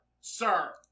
sir